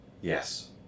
Yes